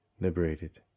liberated